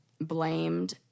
blamed